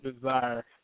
desire